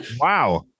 Wow